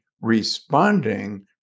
responding